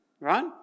right